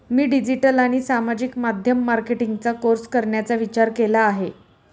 मी digital आणि सामाजिक माध्यम मार्केटिंगचा कोर्स करण्याचा विचार केला आहे